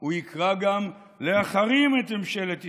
הוא יקרא גם להחרים את ממשלת ישראל,